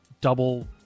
Double